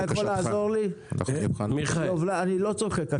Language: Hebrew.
אני לא צוחק עכשיו.